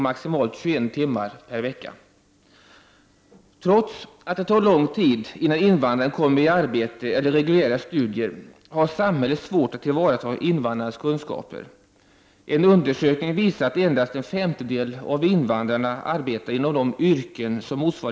Det har inneburit ett stort undervisningen i grund-sfi.